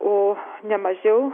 oo ne mažiau